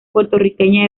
puertorriqueña